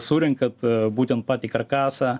surenkat būtent patį karkasą